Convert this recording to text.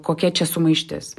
kokia čia sumaištis